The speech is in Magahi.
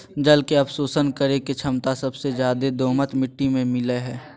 जल के अवशोषण करे के छमता सबसे ज्यादे दोमट मिट्टी में मिलय हई